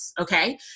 Okay